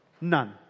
None